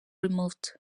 removed